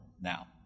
now